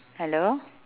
hello